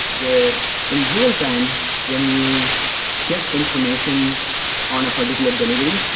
where in real time when you get information on a particular delivery,